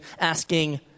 asking